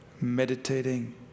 meditating